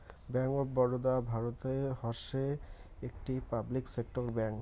bank of Baroda ভারতের হসে একটি পাবলিক সেক্টর ব্যাঙ্ক